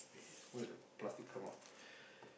eh why the plastic come out